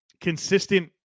consistent